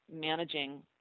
managing